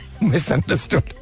misunderstood